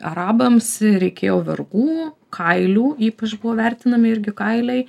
arabams reikėjo vergų kailių ypač buvo vertinami irgi kailiai